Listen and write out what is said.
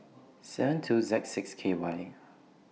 seven two Z six K Y